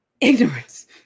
ignorance